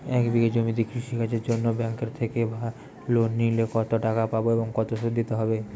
এক বিঘে জমিতে কৃষি কাজের জন্য ব্যাঙ্কের থেকে লোন নিলে কত টাকা পাবো ও কত শুধু দিতে হবে?